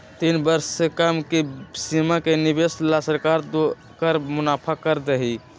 तीन वर्ष से कम के सीमा के निवेश ला सरकार कर मुनाफा ना देई